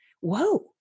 whoa